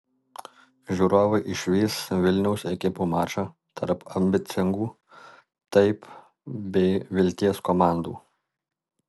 žiūrovai išvys vilniaus ekipų mačą tarp ambicingų taip bei vilties komandų